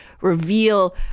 reveal